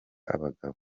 abagabo